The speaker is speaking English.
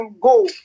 go